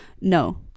no